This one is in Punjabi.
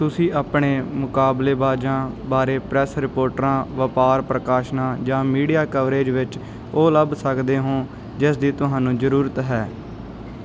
ਤੁਸੀਂ ਆਪਣੇ ਮੁਕਾਬਲੇਬਾਜ਼ਾਂ ਬਾਰੇ ਪ੍ਰੈੱਸ ਰਿਪੋਟਰਾਂ ਵਪਾਰ ਪ੍ਰਕਾਸ਼ਨਾਂ ਜਾਂ ਮੀਡੀਆ ਕਵਰੇਜ ਵਿੱਚ ਉਹ ਲੱਭ ਸਕਦੇ ਹੋ ਜਿਸ ਦੀ ਤੁਹਾਨੂੰ ਜ਼ਰੂਰਤ ਹੈ